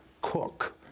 cook